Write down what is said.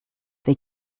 they